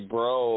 Bro